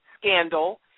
scandal